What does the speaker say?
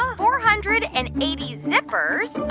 four hundred and eighty zippers,